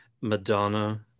Madonna